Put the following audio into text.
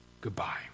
Goodbye